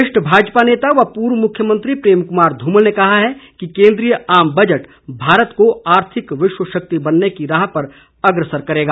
वरिष्ठ भाजपा नेता व पूर्व मुख्यमंत्री प्रेम कुमार ध्रमल ने कहा है कि केंद्रीय आम बजट भारत को आर्थिक विश्व शक्ति बनने की राह पर अग्रसर करेगा